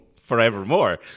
forevermore